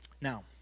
Now